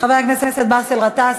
חבר הכנסת באסל גטאס,